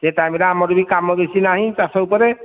ସେ ଟାଇମ୍ରେ ଆମର ବି କାମ ବେଶୀ ନାହିଁ ଚାଷ ଉପରେ